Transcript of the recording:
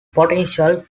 potential